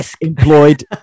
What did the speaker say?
employed